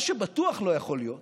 מה שבטוח לא יכול להיות